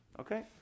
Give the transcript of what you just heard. Okay